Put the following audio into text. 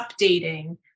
updating